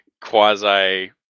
quasi